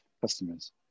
customers